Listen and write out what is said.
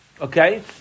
Okay